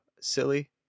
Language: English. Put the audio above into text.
silly